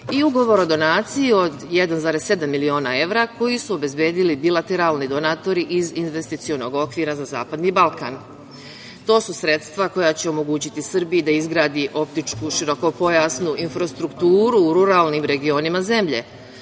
i Ugovor o donaciji od 1,7 miliona evra, koji su obezbedili bilateralni donatori iz investicionog okvira za zapadni Balkan. To su sredstva koja će omogućiti Srbiji da izgradi optičku širokopojasnu infrastrukturu u ruralnim regionima zemlje.